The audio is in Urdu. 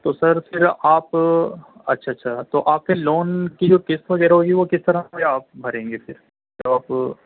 تو سر پھر آپ اچھا اچھا تو آپ کے لون کی جو قسط وغیرہ ہوگی وہ کس طرح سے آپ بھریں گے پھر جب آپ